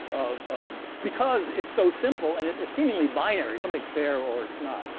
um um because it's so simple and it's seemingly binary. something is fair or it's not.